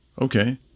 Okay